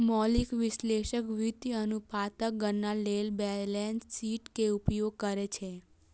मौलिक विश्लेषक वित्तीय अनुपातक गणना लेल बैलेंस शीट के उपयोग करै छै